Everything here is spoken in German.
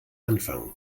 anfangen